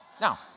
Now